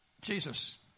Jesus